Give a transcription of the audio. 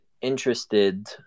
interested